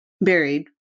buried